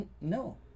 no